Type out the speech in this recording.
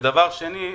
דבר שני,